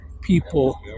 people